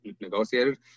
negotiated